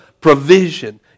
provision